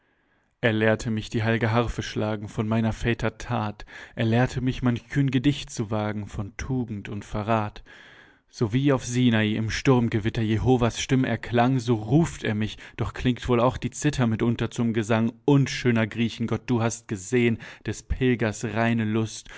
er lehrte mich die heil'ge harfe schlagen von meiner väter that er lehrte mich manch kühn gedicht zu wagen von tugend und verrath so wie auf sinai im sturmgewitter jehova's stimm erklang so ruft er mich doch klingt wohl auch die cither mitunter zum gesang und schöner griechengott du hast gesehen des pilgers reine lust